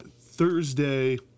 Thursday